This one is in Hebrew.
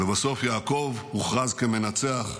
ולבסוף יעקב הוכרז כמנצח,